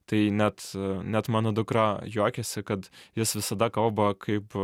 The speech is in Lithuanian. tai net net mano dukra juokiasi kad jis visada kalba kaip